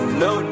no